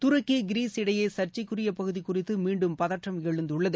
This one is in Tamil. துருக்கி கிரீஸ் இடையே சர்ச்சைக்குரிய பகுதி குறித்து மீண்டும் பதற்றம் எழுந்துள்ளது